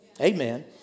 Amen